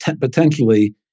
potentially